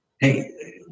hey